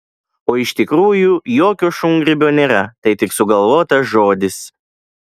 o iš tikrųjų jokio šungrybio nėra tai tik sugalvotas žodis